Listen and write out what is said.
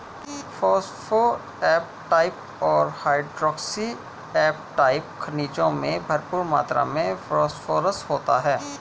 phosphoapatite और hydroxyapatite खनिजों में भरपूर मात्र में फोस्फोरस होता है